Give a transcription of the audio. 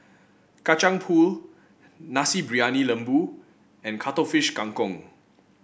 Kacang Pool Nasi Briyani Lembu and Cuttlefish Kang Kong